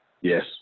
yes